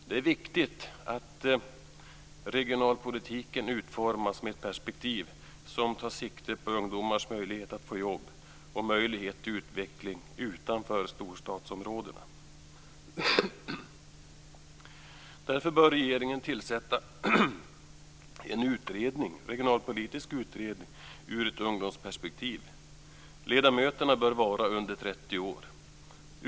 Det är viktigt att regionalpolitiken utformas med ett perspektiv som tar sikte på ungdomars möjlighet att få jobb och möjlighet till utveckling utanför storstadsområdena. Därför bör regeringen tillsätta en regionalpolitisk utredning ur ett ungdomsperspektiv. Ledamöterna bör vara under 30 år.